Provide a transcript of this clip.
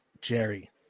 Jerry